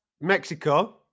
Mexico